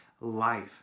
life